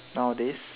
nowadays